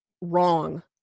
wrong